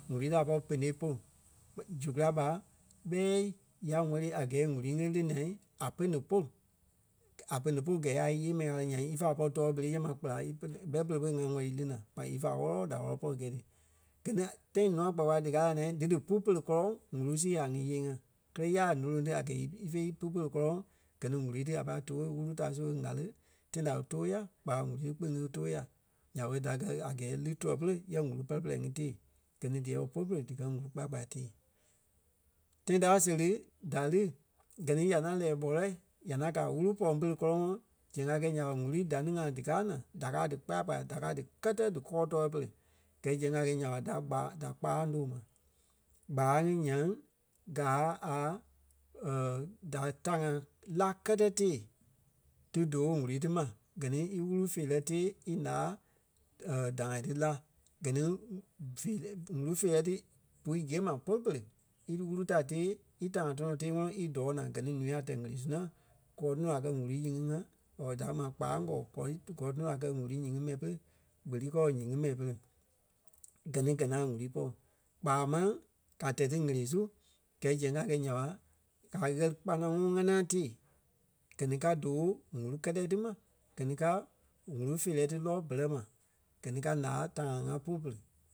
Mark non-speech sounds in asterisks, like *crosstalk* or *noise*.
ŋ̀úrui tí a pɔri pene polu zu kulâi ɓa ɓɛi ya wɛli a gɛɛ í ŋ̀úru ŋí e lí naa a pene polu. A pene pôlu kɛi a íyee mɛi ɣále nyaŋ ífa pɔri tɔ̀ɔ bere yɛ ma kpera í- pere ɓɛ pere ɓé ŋa wɛli í lí naa kpa ífa wɔ́lɔ-wɔlɔ da wɔlɔ-wɔlɔ pɔri gɛi tí. Gɛ ni tãi nûa kpaya kpaya díkaa la naa dí dí pú pere kɔlɔŋ wúru sii ŋai ŋí yée-ŋa. Kɛlɛ ya a ǹóloŋ ti a gɛɛ ífe pú pere kɔlɔŋ gɛ ni ŋ̀úru ti a pai tooi wúru da su a ɣále tãi da e tòo ya kpa ŋ̀úrui kpîŋ e tòo ya. Nya ɓé da gɛ̀ a gɛɛ e lí tuɛ-pere yɛ ŋ̀úrui pɛlɛ-pɛlɛ ŋí tée. Gɛ ni díyɛ ooo polu pere díkɛ ŋ̀úrui kpaya kpaya tée. Tãi ta a séri da lí gɛ ni ya ŋaŋ lɛ́ɛ ɓɔlɛɛi a ŋaŋ gaa a wúru pɔŋ pere kɔlɔŋɔɔ zɛŋ a kɛi nya ɓa ŋ̀úrui da ni ŋai díkaa naa, da káa a dí kpaya kpaya, da káa a dí kɛ́tɛ dí kɔɔ tɔɔ pere. Gɛ ni zɛŋ a gɛi nya ɓa da kpa- kpaaŋ tóo ma. Kpaɣâŋ ŋí nyaŋ gaa a *hesitation* da ta ŋai la kɛtɛ tée dí dóo ŋ̀úrui ti ma gɛ ni íwuru feerɛ tée ílaa *hesitation* dãɣa tí lá. Gɛ ni feerɛ- ŋ̀úrui feerɛ tí bui gîe ma polu pere íwuru ta tée í tãɣa tɔnɔ tée ŋɔnɔ í dóo naa gɛ ǹúu a tɛ̀ ɣele su ŋaŋ gɔɔ tɔnɔ a kɛ̀ ŋ̀úrui nyíŋí ŋa or da kɛ̀ ma kpaɣâŋ kɔɔ; kɔɔ- tí- kɔɔ tɔnɔ a kɛ̀ ŋ̀úrui nyíŋi mɛi pere kpɛli kɔɔ nyíŋi mɛi pere. Gɛ ni gɛ ŋaŋ ŋ̀úrui pɔŋ. Kpaa máŋ kaa tɛ̀ ti ɣele su gɛi sɛŋ a gɛi nya ɓa a ɣɛli kpanaŋɔɔi ŋánaa tée. Gɛ ni ka dóo ŋ̀úrui kɛ́tɛ ti ma, gɛ ni ka ŋ̀úrui feerɛ í lɔ́ bɛlɛ ma. Gɛ ní ka laa tãɣa ŋa polu pere.